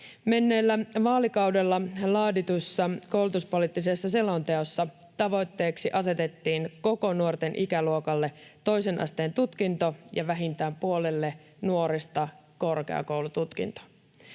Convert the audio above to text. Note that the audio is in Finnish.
Menneellä vaalikaudella laaditussa koulutuspoliittisessa selonteossa tavoitteeksi asetettiin koko nuorten ikäluokalle toisen asteen tutkinto ja vähintään puolelle nuorista korkeakoulututkinto.